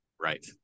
Right